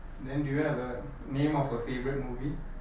then do you have a name of a favourite movie